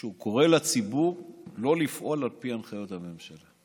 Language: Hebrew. שהוא קורא לציבור לא לפעול על פי הנחיות הממשלה.